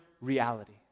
reality